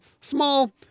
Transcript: small